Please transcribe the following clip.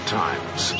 times